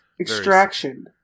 extraction